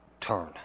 Turn